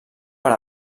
per